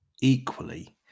equally